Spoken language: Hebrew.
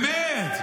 באמת?